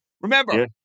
Remember